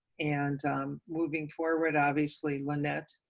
and moving forward, obviously, when that